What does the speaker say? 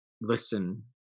listen